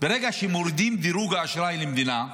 ברגע שמורידים דירוג אשראי למדינה,